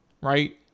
right